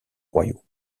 royaux